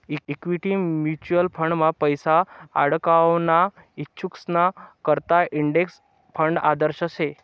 equity mutual फंडमा पैसा आडकवाना इच्छुकेसना करता इंडेक्स फंड आदर्श शे